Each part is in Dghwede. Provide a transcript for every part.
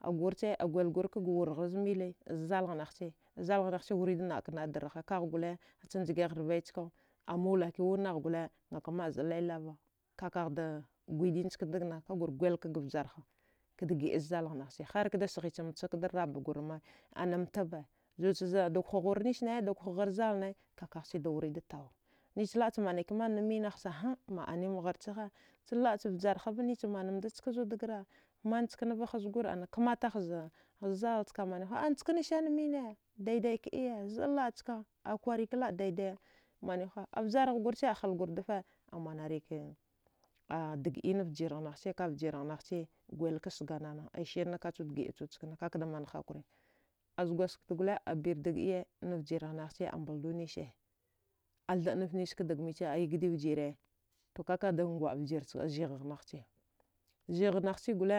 A gwre ce a gwal gwre ga warhani zaga mili zaga zala nehace, zala naha wura da naka naka da nha ka guli ce ndzagarve ska a mul ka mul uwe naha zda lude labe labara ka da gweda ka kwara gwala ka ga vjaraha gida da zallanaheci ci har kada mca ka da rabgwarje ma ana tabe to ju za da kughra nise ko ne da kughra zallane, ka ka wre da tawa, nice laba mane mane mni, kha! Mane ne ma haccigha ci laba avjaraha ne ci manda ne zu gar, mna cinava zagura kamtha za zalla ka mne kha niekene cina, dai dai kidiye zida labaca kwar ka laba dai dai mani kha vjara gwar ca a halgura dife amanar ka da diyi na vjiyi naci, ka vjire naha ce gwal ka sagana da siri na ka wud gidan cina, hw za gwazkafte guli ku a bari hakuri da diyi na vjiri nagha ce a mbuldu nise, a thbanite nise ka da miec, a ugedige vjiye ka ka gwda vjiyi, zha nagha ci zgha naghaci guli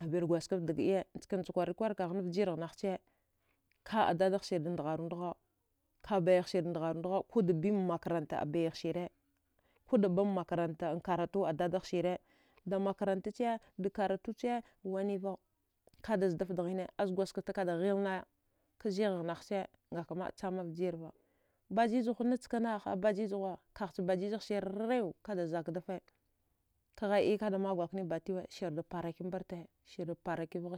a bari gwazkafte da ɗiye nckena ca kwacire kwara na vjiye naha ci ka dada siu da ndharu ndagha ka baya siri da ndharun dagha, be makaranta baya sire, ku da bma karatu makaranta adada nhe sire da makaranta ci da karantaci waniva ka da zdite mme za gwazkafte ka hlinay ka zhe nahaci aka ma cama vjiye va bajiji ghu nickena, bijijihu, ka bajiji siyece rima ka kzdiva ghaya ɗiye ka da magwunaniya siri da paraki mbiyeta svu da parake vgha.